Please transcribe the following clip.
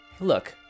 look